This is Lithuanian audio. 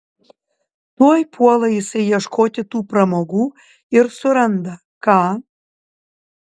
tuoj puola jisai ieškoti tų pramogų ir suranda ką